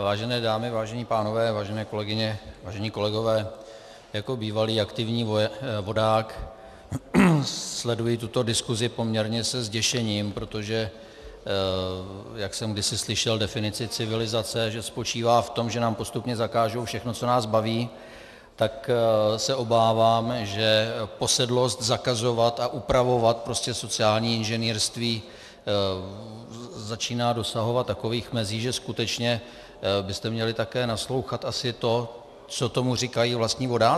Vážené dámy, vážení pánové, vážené kolegyně, vážení kolegové, jako bývalý aktivní vodák sleduji tuto diskusi poměrně se zděšením, protože jak jsem kdysi slyšel definici civilizace, že spočívá v tom, že nám postupně zakážou všechno, co nás baví, tak se obávám, že posedlost zakazovat a upravovat, prostě sociální inženýrství, začíná dosahovat takových mezí, že skutečně byste měli také naslouchat, co tomu říkají vlastní vodáci.